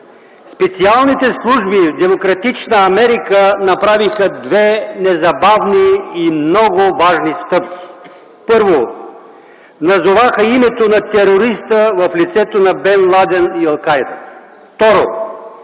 специалните служби в демократична Америка направиха две незабавни и много важни стъпки: първо, назоваха името на терориста в лицето на Бен Ладен и Ал Кайда; второ,